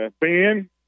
Ben